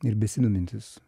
ir besidomintys